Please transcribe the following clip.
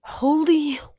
Holy